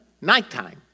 nighttime